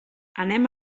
anem